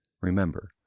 remember